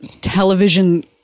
television